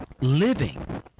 Living